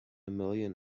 million